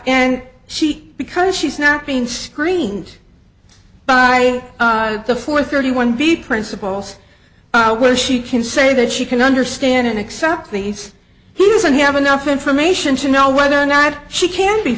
and she because she's not being screened by the four thirty one b principles where she can say that she can understand and accept these he doesn't have enough information to know whether or not she can be